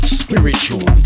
spiritual